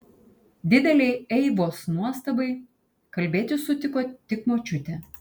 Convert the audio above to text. didelei eivos nuostabai kalbėti sutiko tik močiutė